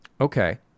okay